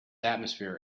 atmosphere